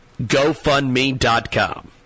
GoFundMe.com